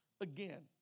again